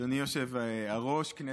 אדוני היושב-ראש,